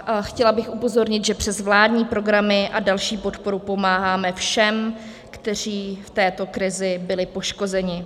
A chtěla bych upozornit, že přes vládní programy a další podporu pomáháme všem, kteří v této krizi byli poškozeni.